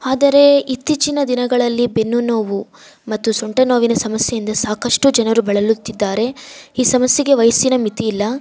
ಆದರೇ ಇತ್ತೀಚಿನ ದಿನಗಳಲ್ಲಿ ಬೆನ್ನು ನೋವು ಮತ್ತು ಸೊಂಟ ನೋವಿನ ಸಮಸ್ಯೆಯಿಂದ ಸಾಕಷ್ಟು ಜನರು ಬಳಲುತ್ತಿದ್ದಾರೆ ಈ ಸಮಸ್ಯೆಗೆ ವಯಸ್ಸಿನ ಮಿತಿಯಿಲ್ಲ